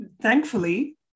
thankfully